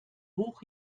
hoch